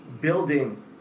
building